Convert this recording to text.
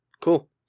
Cool